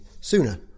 sooner